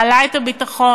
מעלה את הביטחון,